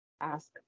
ask